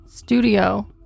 studio